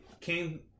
came